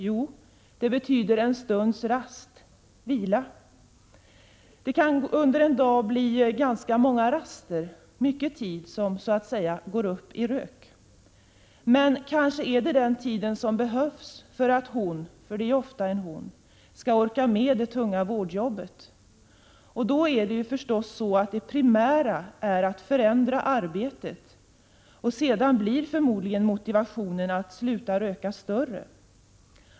Jo, en stunds rast och vila. Det kan under en dag bli ganska många raster, mycket tid som så att säga går upp i rök. Men kanske är det den tiden som behövs för att hon — för det är ofta en hon — skall orka med det tunga vårdjobbet. Då är förstås det primära att förändra arbetet, och sedan blir förmodligen motivationen att sluta röka större.